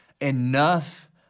enough